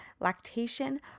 lactation